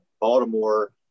Baltimore